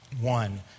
One